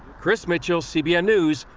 chris mitchell, cbn news,